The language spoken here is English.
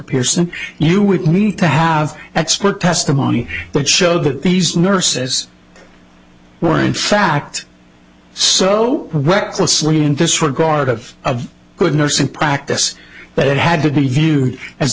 pierson you would need to have expert testimony that showed that these nurses were in fact so worked closely in this regard of a good nursing practice that it had to be viewed